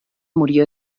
murió